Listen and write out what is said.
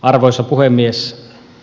arvoisa puhemies